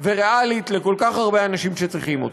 וריאלית לכל כך הרבה אנשים שצריכים אותה.